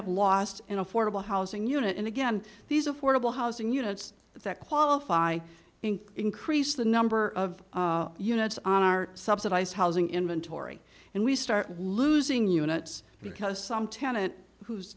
have lost an affordable housing unit in again these affordable housing units that qualify and increase the number of units on our subsidized housing inventory and we start losing units because some tenant who